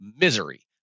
misery